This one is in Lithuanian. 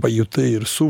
pajutai ir su